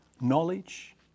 knowledge